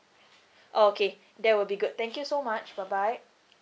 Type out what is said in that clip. okay that will be good thank you so much bye bye